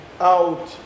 out